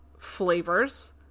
flavors